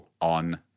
on